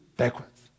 Backwards